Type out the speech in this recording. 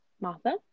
Martha